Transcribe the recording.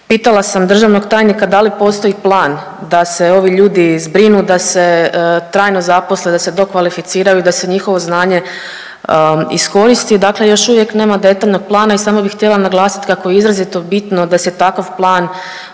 Pitala sam državnog tajnika da li postoji plan da se ovi ljudi zbrinu, da se trajno zaposle, da se dokvalificiraju, da se njihovo znanje iskoristi, dakle još uvijek nema detaljnog plana i samo bi htjela naglasit kako je izrazito bitno da se takav plan